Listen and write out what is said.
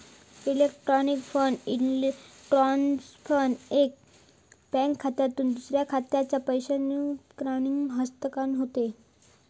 electronic fund transfer म्हणजे एका bank खात्यातसून दुसरा बँक खात्यात पैशांचो इलेक्ट्रॉनिक हस्तांतरण